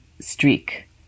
streak